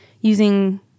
using